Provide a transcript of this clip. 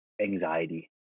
anxiety